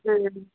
ꯎꯝ